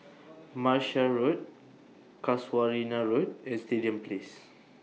Martia Road Casuarina Road and Stadium Place